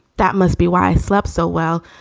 that must be why i slept so well.